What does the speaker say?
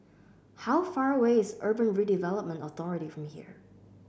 how far away is Urban Redevelopment Authority from here